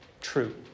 true